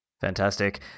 Fantastic